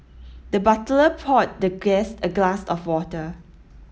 the butler poured the guest a glass of water